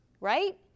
Right